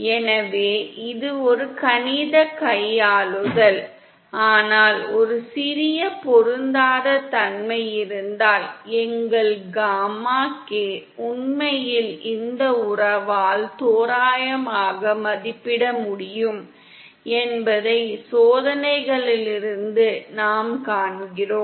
எனவே இது ஒரு கணித கையாளுதல் ஆனால் ஒரு சிறிய பொருந்தாத தன்மை இருந்தால் எங்கள் காமா kஐ உண்மையில் இந்த உறவால் தோராயமாக மதிப்பிட முடியும் என்பதை சோதனைகளிலிருந்து நாம் காண்கிறோம்